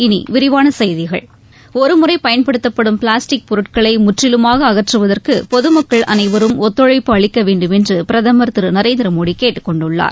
இனி விரிவான செய்திகள் ஒருமுறை பயன்படுத்தப்படும் பிளாஸ்டிக் பொருட்களை முற்றிலுமாக அகற்றுவதற்கு பொதுமக்கள் அனைவரும் ஒத்துழைப்பு அளிக்க வேண்டும் என்று பிரதமர் திரு நரேந்திர மோடி கேட்டுக்கொண்டுள்ளார்